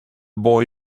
boy